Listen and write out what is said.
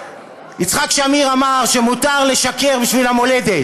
יצחק שמיר אמר שמותר לשקר בשביל המולדת,